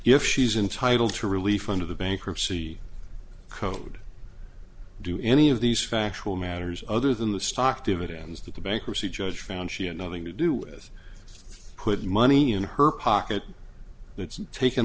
if she's entitled to relief under the bankruptcy code do any of these factual matters other than the stock dividends that the bankruptcy judge found she had nothing to do with put money in her pocket that's taken